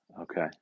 Okay